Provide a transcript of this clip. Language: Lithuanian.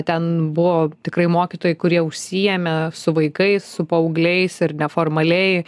ten buvo tikrai mokytojai kurie užsiėmė su vaikais su paaugliais ir neformaliai